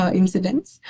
incidents